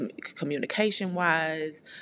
communication-wise